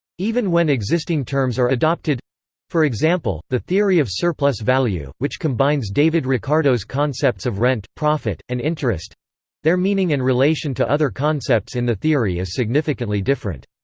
even when existing terms are adopted for example, the theory of surplus value, which combines david ricardo's concepts of rent, profit, and interest their meaning and relation to other concepts in the theory is significantly different.